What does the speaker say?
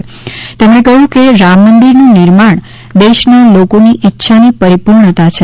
શ્રી મોદીએ કહ્યું કે રામ મંદિરનું નિર્માણ દેશના લોકોની ઇચ્છાની પરિપૂર્ણતા છે